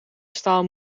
staal